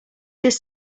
this